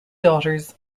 daughters